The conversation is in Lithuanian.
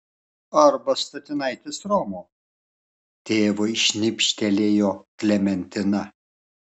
arba statinaitės romo tėvui šnipštelėjo klementina